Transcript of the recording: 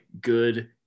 good